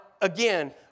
again